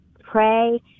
pray